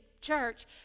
church